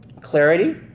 Clarity